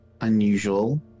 unusual